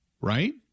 Right